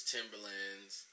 Timberlands